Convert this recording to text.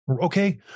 Okay